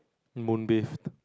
moon beef